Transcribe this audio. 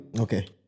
Okay